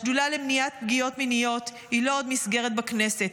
השדולה למניעת פגיעות מיניות היא לא עוד מסגרת בכנסת,